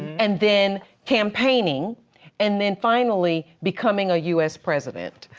and then campaigning and then finally, becoming a us president,